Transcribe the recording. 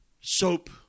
Soap